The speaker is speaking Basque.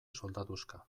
soldaduska